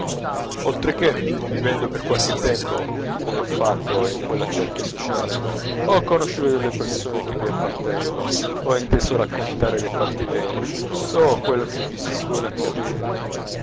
quel mondo oltrecchè vivendo per qualche tempo come ho fatto in quella cerchia sociale ho conosciute delle persone che vi appartengono ho inteso raccontare dei fatti veri so quello che vi suole accadere